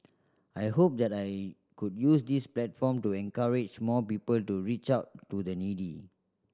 I hope that I could use this platform to encourage more people to reach out to the needy